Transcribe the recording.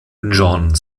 john